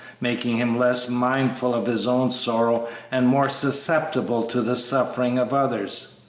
making him less mindful of his own sorrow and more susceptible to the sufferings of others.